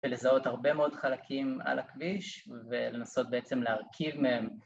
‫ולזהות הרבה מאוד חלקים על הכביש ‫ולנסות בעצם להרכיב מהם